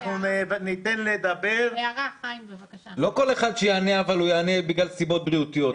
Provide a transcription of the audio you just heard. לא כל אחד שיענה הוא יענה שזה בגלל סיבות בריאותיות.